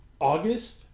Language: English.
August